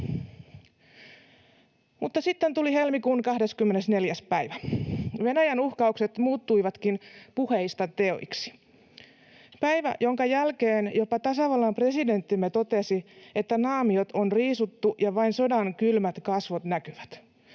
sitten tuli helmikuun 24. päivä. Venäjän uhkaukset muuttuivatkin puheista teoiksi. Päivä, jonka jälkeen jopa tasavallan presidenttimme totesi: ”Naamiot on riisuttu, ja vain sodan kylmät kasvot näkyvät.”